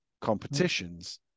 competitions